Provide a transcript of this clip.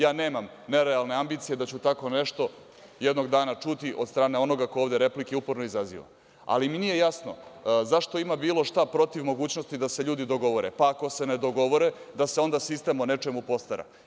Ja nemam nerealne ambicije da ću tako nešto jednog dana čuti od strane onoga ko ovde replike uporno izaziva, ali mi nije jasno zašto ima bilo šta protiv mogućnosti da se ljudi dogovore, pa ako se ne dogovore, da se onda sistem o nečemu postara.